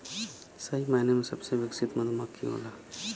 सही मायने में सबसे विकसित मधुमक्खी होला